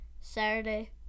Saturday